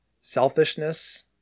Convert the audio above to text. selfishness